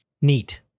Neat